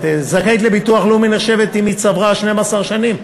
שזכאית לביטוח לאומי נחשבת אם היא צברה 12 שנים,